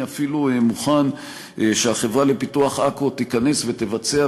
אני אפילו מוכן שהחברה לפיתוח עכו תיכנס ותבצע